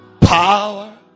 power